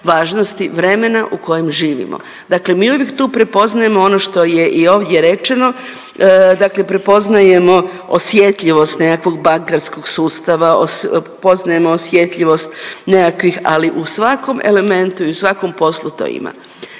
važnosti vremena u kojem živimo. Dakle mi uvijek tu prepoznajemo ono to je i ovdje je rečeno dakle prepoznajemo osjetljivost nekakvog bankarskog sustava, prepoznajemo osjetljivost nekakvih ali u svakom elementu i u svakom poslu to ima.